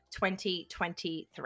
2023